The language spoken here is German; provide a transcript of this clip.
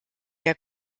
der